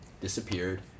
disappeared